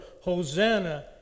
Hosanna